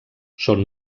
són